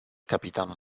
capitano